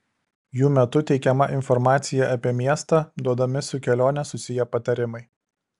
jų metu teikiama informacija apie miestą duodami su kelione susiję patarimai